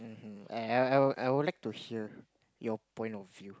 I I I would I would like to hear you point of view